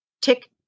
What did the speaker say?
tick